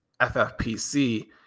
FFPC